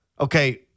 Okay